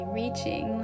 reaching